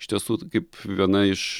iš tiesų kaip viena iš